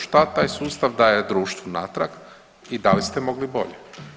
Šta taj sustav daje društvu natrag i da li ste mogli bolje.